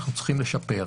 אנחנו צריכים לשפר.